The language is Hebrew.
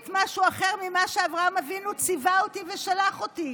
משהו אחר ממה שאברהם אבינו ציווה אותי ושלח אותי.